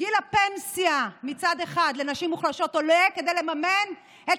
גיל הפנסיה לנשים מוחלשות עולה כדי לממן את